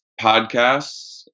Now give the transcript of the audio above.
podcasts